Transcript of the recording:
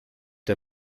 der